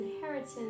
inheritance